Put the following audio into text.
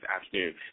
afternoon